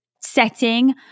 setting